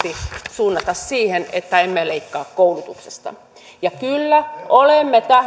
suunnata siihen että emme leikkaa koulutuksesta ja kyllä olemme myös